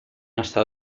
hasta